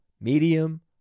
medium